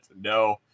no